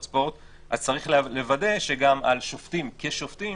אז צריך לוודא שגם על שופטים כשופטים,